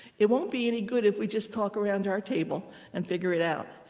it won't be any good if we just talk around our table and figure it out.